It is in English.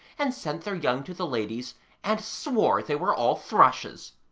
and sent their young to the ladies and swore they were all thrushes!